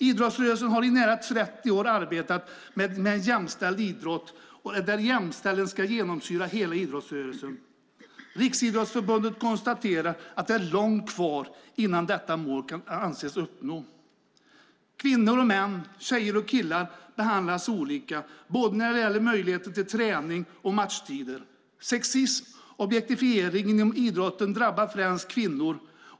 Idrottsrörelsen har i nära 30 år arbetet med en jämställd idrott där jämställdhet ska genomsyra hela idrottsrörelsen. Riksidrottsförbundet konstaterar att det är långt kvar innan detta mål kan anses uppnått. Kvinnor och män, tjejer och killar, behandlas olika både när det gäller möjligheten till träning och matchtider. Sexism och objektifiering inom idrotten drabbar främst kvinnor.